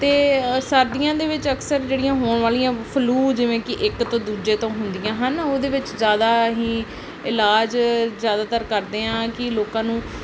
ਅਤੇ ਸਰਦੀਆਂ ਦੇ ਵਿੱਚ ਅਕਸਰ ਜਿਹੜੀਆਂ ਹੋਣ ਵਾਲੀਆਂ ਫਲੂ ਜਿਵੇਂ ਕਿ ਇੱਕ ਤੋਂ ਦੂਜੇ ਤੋਂ ਹੁੰਦੀਆਂ ਹਨ ਉਹਦੇ ਵਿੱਚ ਜ਼ਿਆਦਾ ਅਸੀਂ ਇਲਾਜ ਜ਼ਿਆਦਾਤਰ ਕਰਦੇ ਹਾਂ ਕਿ ਲੋਕਾਂ ਨੂੰ